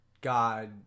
God